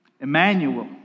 Emmanuel